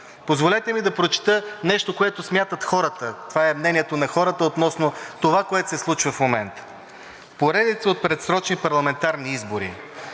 Позволете ми да прочета нещо, което смятат хората – това е мнението на хората относно това, което се случва в момента „Поредицата от предсрочни парламентарни избори,